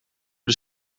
hoe